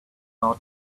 our